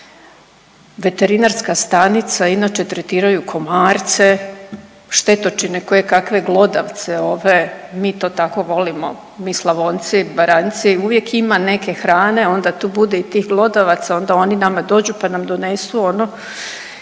veterinarska stanica, inače tretiraju komarce, štetočine, kojekakve glodavce ove mi to tako volimo, mi Slavonci, Baranjci uvijek ima neke hrane onda tu bude i tih glodavaca onda oni nama dođu pa nam donesu ono